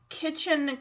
kitchen